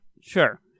Sure